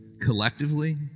collectively